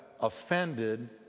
offended